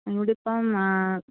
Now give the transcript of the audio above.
ഇവിടിപ്പോൾ